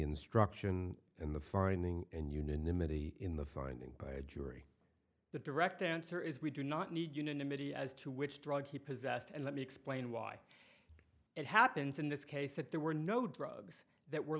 instruction and the finding and unanimity in the finding by a jury the direct answer is we do not need unanimity as to which drug he possessed and let me explain why it happens in this case that there were no drugs that were